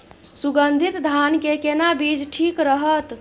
सुगन्धित धान के केना बीज ठीक रहत?